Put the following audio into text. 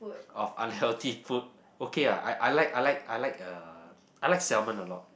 of unhealthy food okay ah I I like I like I like uh I like salmon a lot